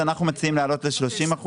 אנחנו מציעים להעלות ל-30%,